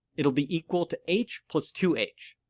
it would be equal to h plus two h.